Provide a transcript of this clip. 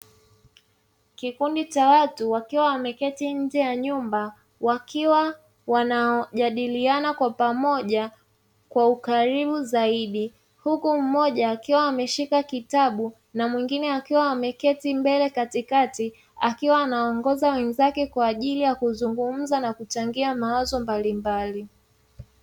Kikundi cha watu wakiwa wameketi nje ya nyumba, wakiwa wanajadiliana kwa pamoja kwa ukaribu zaidi, huku mmoja akiwa ameshika kitabu na mwingine akiwa ameketi mbele katikati, akiwa anawaongoza wenzake kwajili ya kuzungumza na kuchangia mawazo mbalimbali.